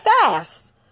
fast